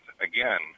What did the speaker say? again